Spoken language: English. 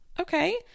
okay